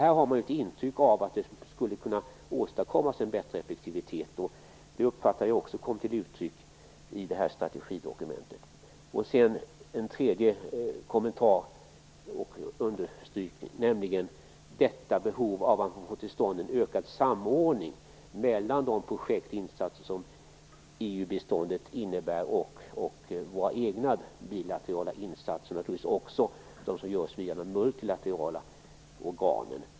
Här får man intrycket att det skulle gå att åstadkomma en bättre effektivitet, något som jag också uppfattade kom till uttryck i strategidokumentet. En tredje kommentar och understrykning är behovet av att få till stånd en ökad samordning mellan EU:s projektinsatser och våra egna bilaterala insatser samt naturligtvis också de insatser som görs via de multilaterala organen.